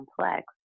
complex